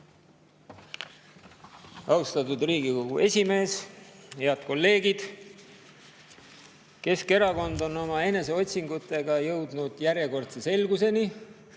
Austatud Riigikogu esimees! Head kolleegid! Keskerakond on oma eneseotsingutega jõudnud järjekordse selguseni.